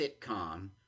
sitcom